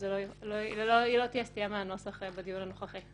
לא תהיה סטייה מהנוסח בדיון הנוכחי.